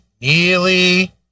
Neely